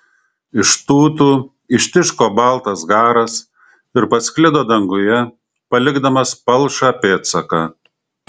iš tūtų ištiško baltas garas ir pasklido danguje palikdamas palšą pėdsaką